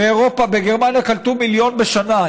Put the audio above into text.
באירופה, בגרמניה, קלטו מיליון בשנה.